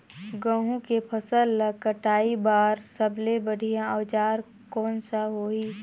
गहूं के फसल ला कटाई बार सबले बढ़िया औजार कोन सा होही?